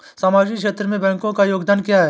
सामाजिक क्षेत्र में बैंकों का योगदान क्या है?